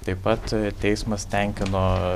taip pat teismas tenkino